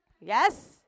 Yes